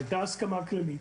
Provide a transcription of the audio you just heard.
והייתה הסכמה כללית